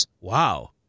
Wow